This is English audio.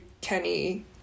kenny